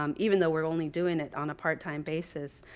um even though we're only doing it on a part time basis,